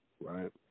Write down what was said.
right